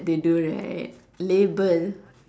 they do right label